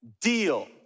deal